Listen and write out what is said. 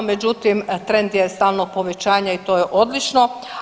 Međutim, trend je stalnog povećanja i to je odlično.